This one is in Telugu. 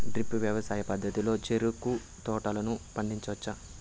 డ్రిప్ వ్యవసాయ పద్ధతిలో చెరుకు తోటలను పండించవచ్చా